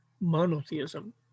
monotheism